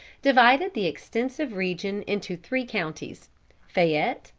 divided the extensive region into three counties fayette,